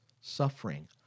suffering